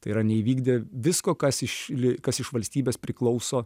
tai yra neįvykdė visko kas iš ly kas iš valstybės priklauso